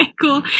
cool